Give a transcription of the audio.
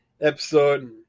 episode